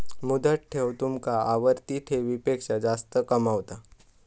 मुदत ठेव तुमका आवर्ती ठेवीपेक्षा जास्त कमावता